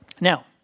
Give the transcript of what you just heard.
Now